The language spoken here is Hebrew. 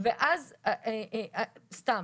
סתם